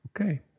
Okay